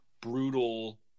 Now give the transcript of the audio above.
brutal